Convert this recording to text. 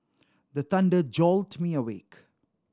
the thunder jolt me awake